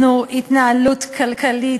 לנו חבר הכנסת